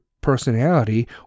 personality